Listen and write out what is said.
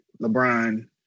LeBron